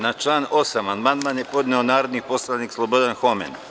Na član 8. amandman je podneo narodni poslanik Slobodan Homen.